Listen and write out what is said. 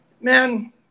Man